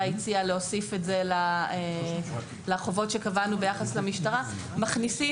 הציע להכניס את זה לחובות שקבענו ביחס למשטרה - מכניסים